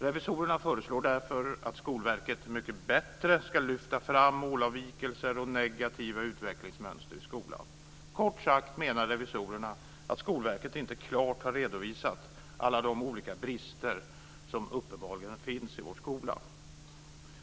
Revisorerna föreslår därför att Skolverket mycket bättre ska lyfta fram målavvikelser och negativa utvecklingsmönster i skolan. Kort sagt menar revisorerna att Skolverket inte klart har redovisat alla de olika brister som uppenbarligen finns i vår skola.